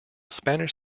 spanish